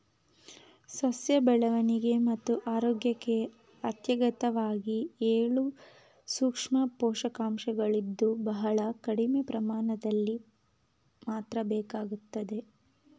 ಸಸ್ಯ ಬೆಳವಣಿಗೆ ಮತ್ತು ಆರೋಗ್ಯಕ್ಕೆ ಅತ್ಯಗತ್ಯವಾಗಿ ಏಳು ಸೂಕ್ಷ್ಮ ಪೋಷಕಾಂಶಗಳಿದ್ದು ಬಹಳ ಕಡಿಮೆ ಪ್ರಮಾಣದಲ್ಲಿ ಮಾತ್ರ ಬೇಕಾಗ್ತದೆ